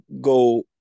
go